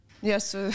Yes